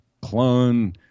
clone